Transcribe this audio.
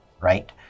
right